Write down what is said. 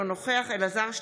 אינו נוכח אלעזר שטרן,